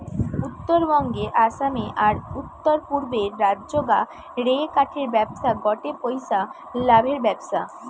উত্তরবঙ্গে, আসামে, আর উততরপূর্বের রাজ্যগা রে কাঠের ব্যবসা গটে পইসা লাভের ব্যবসা